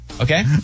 Okay